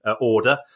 order